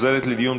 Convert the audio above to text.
התשע"ז 2016,